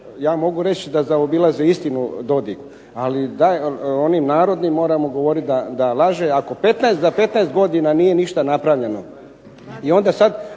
ja mogu reći da zaobilazi istinu Dodik, ali daj onim narodnim moramo govorit da laže. Ako za 15 godina nije ništa napravljeno